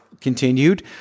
continued